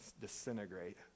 disintegrate